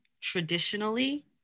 traditionally